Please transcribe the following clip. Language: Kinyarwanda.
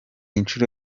inshuro